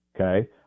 okay